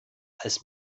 als